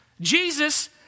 Jesus